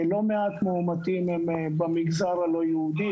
לא מעט מאומתים הם במגזר הלא יהודי,